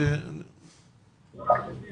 תחושה שלא התקדמנו מאז